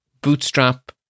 Bootstrap